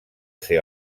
ser